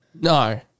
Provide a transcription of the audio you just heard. No